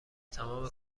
تمام